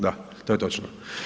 Da, to je točno.